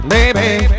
Baby